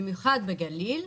במיוחד בגליל,